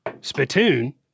spittoon